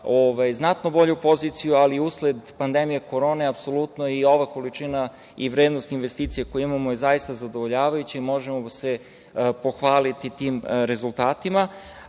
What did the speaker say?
znatno bolju poziciju, ali usled pandemije korone apsolutno je i ova količina i vrednost investicija koje imamo zaista zadovoljavajuće i možemo se pohvaliti tim rezultatima. Takođe,